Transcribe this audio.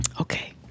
okay